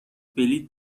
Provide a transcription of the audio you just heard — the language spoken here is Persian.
بلیط